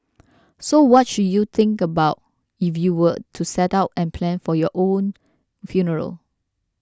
so what should you think about if you were to set out and plan for your own funeral